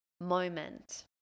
moment